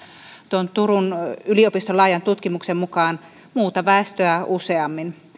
tuon turun yliopiston laajan tutkimuksen mukaan muuta väestöä useammin